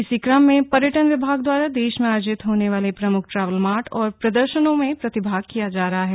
इसी क्रम में पर्यटन विभाग द्वारा देशभर में आयोजित होने वाले प्रमुख ट्रैवलमार्ट और प्रदर्शनों में प्रतिभाग किया जा रहा है